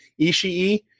Ishii